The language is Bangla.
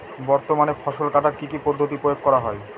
বর্তমানে ফসল কাটার কি কি পদ্ধতি প্রয়োগ করা হয়?